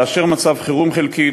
לאשר מצב חירום חלקי,